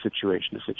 situation